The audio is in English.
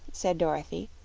said dorothy,